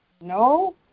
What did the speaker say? no